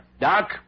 Doc